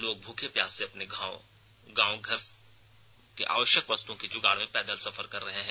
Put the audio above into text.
लोग भुखे प्यासे अपने गाँव घर से आवश्यक वस्तुओं की जुगाड़ में पैदल सफर कर रहे हैं